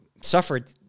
suffered